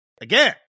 Again